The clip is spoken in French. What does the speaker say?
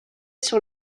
sur